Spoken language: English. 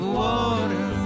water